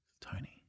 Tony